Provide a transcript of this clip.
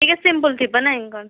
ଟିକେ ସିମ୍ପୁଲ୍ ଥିବ ନାହିଁ